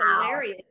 hilarious